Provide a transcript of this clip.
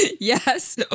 yes